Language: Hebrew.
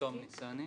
תום ניסני,